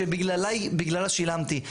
שבגללה שילמתי.